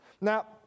Now